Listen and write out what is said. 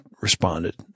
responded